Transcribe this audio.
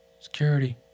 security